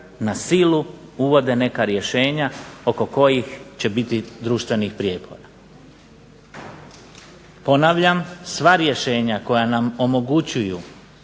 na silu uvode neka rješenja oko kojih će biti društvenih prijepora. Ponavljam, sva rješenja koja nam omogućuju